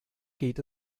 geht